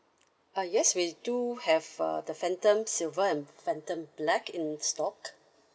uh yes we do have uh the phantom silver and phantom black in stock